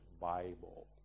Bible